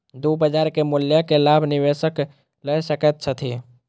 दू बजार के मूल्य के लाभ निवेशक लय सकैत अछि